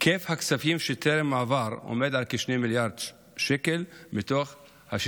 היקף הכספים שטרם הועברו עומד על כ-2 מיליארד שקלים מתוך 6